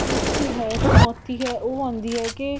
ਮੁਸ਼ਕਿਲ ਹੈ ਚੁਣੌਤੀ ਹੈ ਉਹ ਆਉਂਦੀ ਹੈ ਕਿ